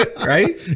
right